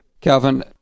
Calvin